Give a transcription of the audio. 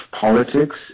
politics